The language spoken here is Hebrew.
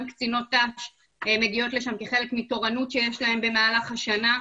גם קצינות ת"ש מגיעות לשם כחלק מתורנות שיש להן במהלך השנה,